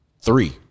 Three